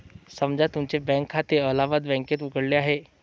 समजा तुमचे बँक खाते अलाहाबाद बँकेत उघडले आहे